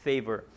Favor